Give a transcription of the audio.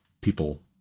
people